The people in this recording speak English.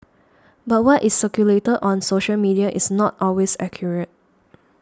but what is circulated on social media is not always accurate